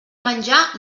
menjar